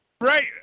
Right